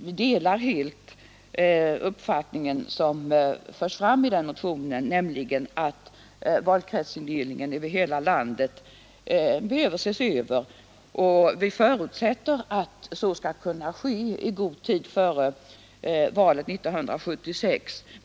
Vi delar helt den uppfattning som förs fram i motionen, nämligen att valkretsindelningen över hela landet behöver ses över, och vi förutsätter att så skall kunna ske i god tid före valet 1976.